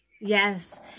Yes